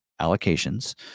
allocations